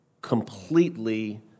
completely